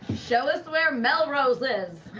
show us where melrose is